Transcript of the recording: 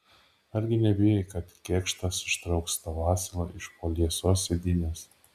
argi nebijai kad kėkštas ištrauks tau asilą iš po liesos sėdynės